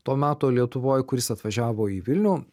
to meto lietuvoj kuris atvažiavo į vilnių